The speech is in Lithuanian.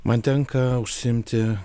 man tenka užsiimti